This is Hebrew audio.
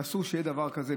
ואסור שיהיה דבר כזה,